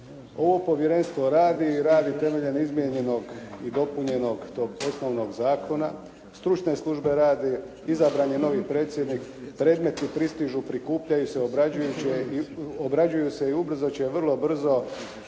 Ovo povjerenstvo radi i radi temeljem izmijenjenog i dopunjenog tog osnovnog zakona, stručne službe rade, izabran je novi predsjednik, predmeti pristižu, prikupljaju se, obrađuju se i ubrzo će vrlo brzo